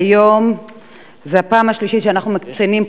היום זו הפעם השלישית שאנחנו מציינים